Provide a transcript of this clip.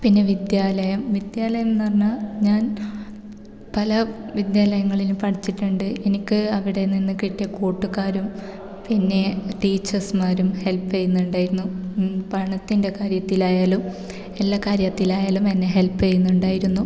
പിന്നെ വിദ്യാലയം വിദ്യാലയമെന്ന് പറഞ്ഞാൽ ഞാൻ പല വിദ്യാലയങ്ങളിലും പഠിച്ചിട്ടുണ്ട് എനിക്ക് അവിടെ നിന്ന് കിട്ടിയ കൂട്ടുകാരും പിന്നെ ടീച്ചേസ്മാരും ഹെൽപ്പ് ചെയ്യുന്നുണ്ടായിരുന്നു പണത്തിൻ്റെ കാര്യത്തിലായാലും എല്ലാ കാര്യത്തിലായാലും എന്നെ ഹെൽപ്പ് ചെയ്യുന്നുണ്ടായിരുന്നു